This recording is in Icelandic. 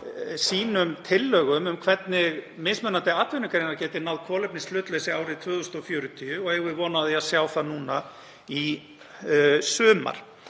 skila tillögum um hvernig mismunandi atvinnugreinar geti náð kolefnishlutleysi árið 2040 og eigum við von á því að sjá það núna í sumar.